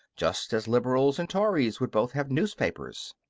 just as liberals and tories would both have newspapers.